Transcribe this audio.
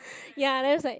ya that's like